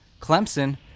Clemson